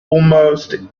almost